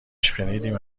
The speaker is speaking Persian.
شنیدیم